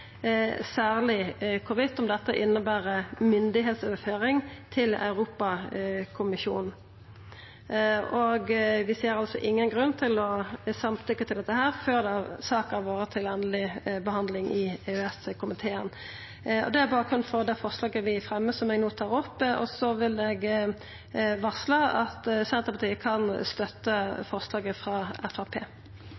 om det inneber myndigheitsoverføring til Europakommisjonen. Vi ser altså ingen grunn til å samtykkja til dette før saka har vore til endeleg behandling i EØS-komiteen. Det er bakgrunnen for det forslaget vi fremjar, og som eg no tar opp. Og så vil eg varsla at Senterpartiet kan